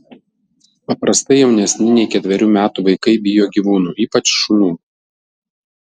paprastai jaunesni nei ketverių metų vaikai bijo gyvūnų ypač šunų